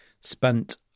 spent